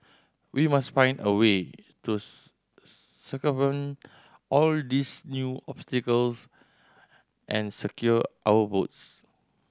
we must find a way to circumvent all these new obstacles and secure our votes